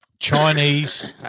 Chinese